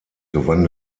gewann